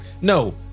no